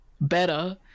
better